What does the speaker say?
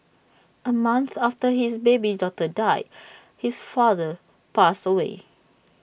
A month after his baby daughter died his father passed away